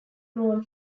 grown